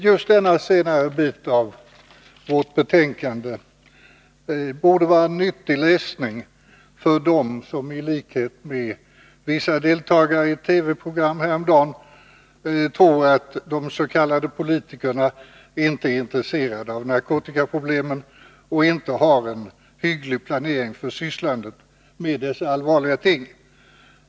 Just denna senare bit av vårt betänkande borde vara nyttig läsning för dem som i likhet med vissa deltagare i ett TV-program häromdagen tror att de s.k. politikerna inte är intresserade av narkotikaproblemen och inte har någon hygglig planering för sysslandet med dessa allvarliga ting.